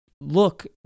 look